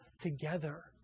together